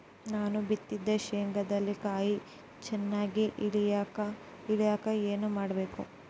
ನಾನು ಬಿತ್ತಿದ ಶೇಂಗಾದಲ್ಲಿ ಕಾಯಿ ಚನ್ನಾಗಿ ಇಳಿಯಕ ಏನು ಮಾಡಬೇಕು?